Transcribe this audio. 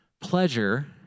pleasure